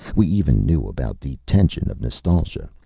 we even knew about the tension of nostalgia.